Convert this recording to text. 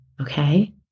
okay